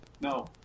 No